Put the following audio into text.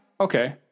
okay